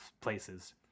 places